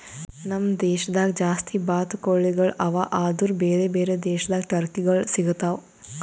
ನಮ್ ದೇಶದಾಗ್ ಜಾಸ್ತಿ ಬಾತುಕೋಳಿಗೊಳ್ ಅವಾ ಆದುರ್ ಬೇರೆ ಬೇರೆ ದೇಶದಾಗ್ ಟರ್ಕಿಗೊಳ್ ಸಿಗತಾವ್